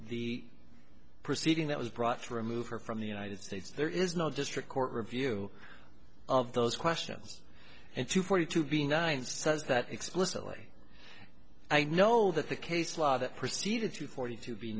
the proceeding that was brought to remove her from the united states there is no district court review of those questions and two forty two b nine says that explicitly i know that the case law that proceeded to forty to be